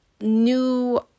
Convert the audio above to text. new